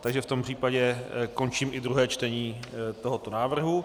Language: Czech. Takže v tom případě končím i druhé čtení tohoto návrhu.